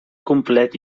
complet